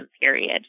period